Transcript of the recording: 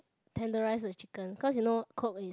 tenderize the chicken because you know Coke is